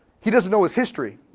he doesn't know his history.